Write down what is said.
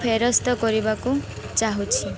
ଫେରସ୍ତ କରିବାକୁ ଚାହୁଁଛି